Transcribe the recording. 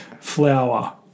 Flour